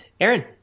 Aaron